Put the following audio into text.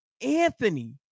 Anthony